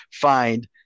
find